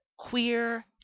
Queer